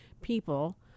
people